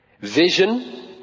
vision